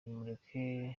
nimureke